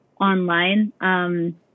online